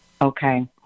Okay